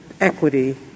equity